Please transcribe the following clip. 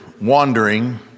wandering